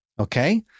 okay